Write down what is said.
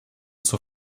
zur